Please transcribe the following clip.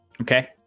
Okay